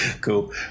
cool